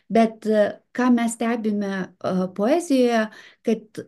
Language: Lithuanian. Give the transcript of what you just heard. bet ką mes stebime poezijoje kad